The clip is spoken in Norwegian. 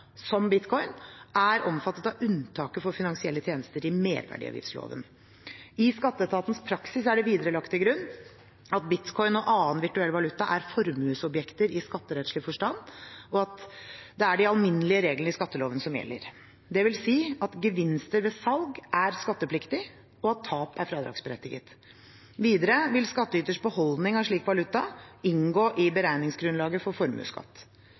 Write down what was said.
som bitcoin, er omfattet av unntaket for finansielle tjenester i merverdiavgiftsloven. I skatteetatens praksis er det videre lagt til grunn at bitcoin og annen virtuell valuta er formuesobjekter i skatterettslig forstand, og at de alminnelige reglene i skatteloven gjelder. Det vil si at ved salg er gevinster skattepliktige og tap fradragsberettiget. Videre vil skattyters beholdning av slik valuta inngå i beregningsgrunnlaget for formuesskatt.